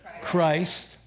Christ